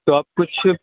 تو آپ کچھ